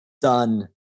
done